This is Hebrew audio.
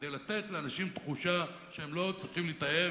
כדי לתת לאנשים תחושה שהם לא צריכים לתעב